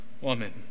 woman